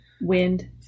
Wind